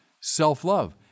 self-love